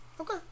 Okay